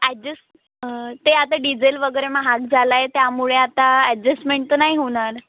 adjust ते आता diesel वगैरे महाग झाला आहे त्यामुळे आता ॲडजेस्टमेंट तर नाही होणार